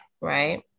right